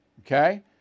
okay